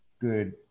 good